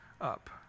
up